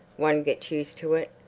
one gets used to it.